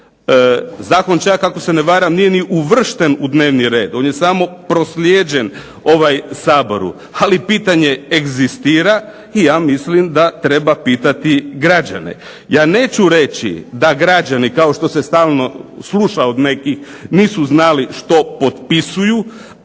Zakon čak ako se ne varam nije ni uvršten u dnevni red, on je samo proslijeđen Saboru, ali pitanje egzistira i ja mislim da treba pitati građane. Ja neću reći da građani, kao što se stalno sluša od nekih, nisu znali što potpisuju,